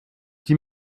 die